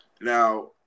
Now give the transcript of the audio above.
Now